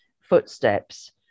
footsteps